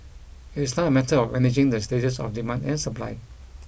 it is now a matter of managing the stages of demand and supply